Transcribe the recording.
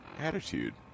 attitude